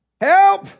Help